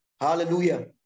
Hallelujah